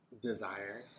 desire